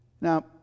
Now